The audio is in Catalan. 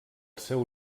seu